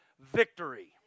victory